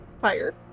fire